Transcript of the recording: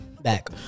back